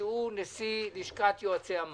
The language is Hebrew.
לא רק לבחון חודשיים ירידה בתרומות.